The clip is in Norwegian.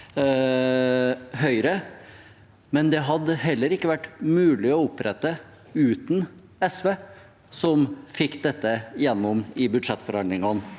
men det hadde heller ikke vært mulig å opprette uten SV, som fikk dette gjennom i budsjettforhandlingene